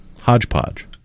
Hodgepodge